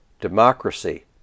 democracy